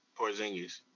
Porzingis